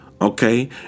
Okay